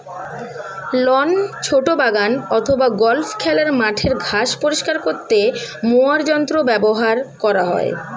loan, ছোট বাগান অথবা গল্ফ খেলার মাঠের ঘাস পরিষ্কার করতে মোয়ার যন্ত্র ব্যবহার করা হয়